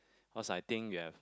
cause I think we have